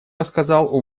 рассказал